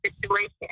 situation